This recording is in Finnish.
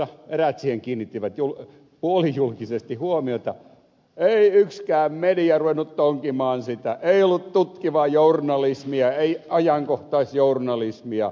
eräät siihen kiinnittivät puolijulkisesti huomiota ei yksikään media ruvennut tonkimaan sitä ei ollut tutkivaa journalismia ei ajankohtaisjournalismia